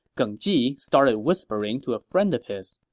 geng ji started whispering to a friend of his.